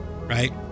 right